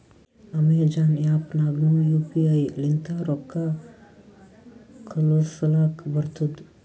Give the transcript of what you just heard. Amazon app ನಾಗ್ನು U P I ಲಿಂತ ರೊಕ್ಕಾ ಕಳೂಸಲಕ್ ಬರ್ತುದ್